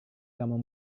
kamu